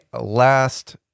last